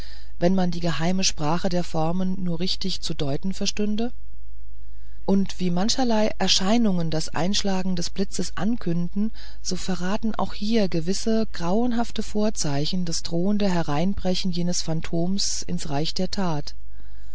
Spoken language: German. wenn man die geheime sprache der formen nur richtig zu deuten verstünde und wie mancherlei erscheinungen das einschlagen des blitzes ankünden so verraten auch hier gewisse grauenhafte vorzeichen das drohende hereinbrechen jenes phantoms ins reich der tat